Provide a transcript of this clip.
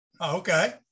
okay